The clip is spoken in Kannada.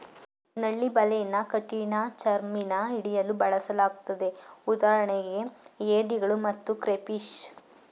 ನಳ್ಳಿ ಬಲೆನ ಕಠಿಣಚರ್ಮಿನ ಹಿಡಿಯಲು ಬಳಸಲಾಗ್ತದೆ ಉದಾಹರಣೆಗೆ ಏಡಿಗಳು ಮತ್ತು ಕ್ರೇಫಿಷ್